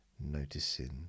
Noticing